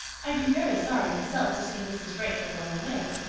i'd be very sorry myself to see mrs. rachel go away.